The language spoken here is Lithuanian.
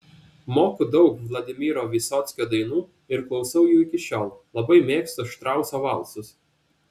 moku daug vladimiro vysockio dainų ir klausau jų iki šiol labai mėgstu štrauso valsus